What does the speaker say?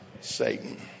Satan